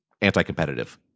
anti-competitive